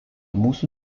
mūsų